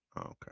Okay